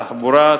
תחבורה,